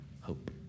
hope